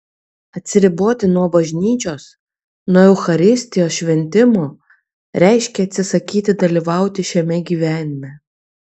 atsiriboti nuo bažnyčios nuo eucharistijos šventimo reiškia atsisakyti dalyvauti šiame gyvenime